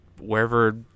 wherever